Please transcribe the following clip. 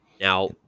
Now